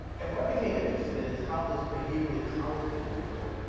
and what i became interested in is how this behavioral ecology, if you will,